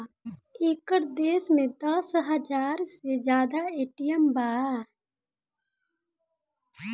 एकर देश में दस हाजार से जादा ए.टी.एम बा